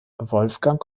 wolfgang